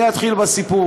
אני אתחיל בסיפור.